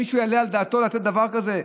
מישהו יעלה על דעתו לתת דבר כזה?